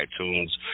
iTunes